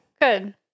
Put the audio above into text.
good